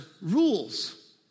rules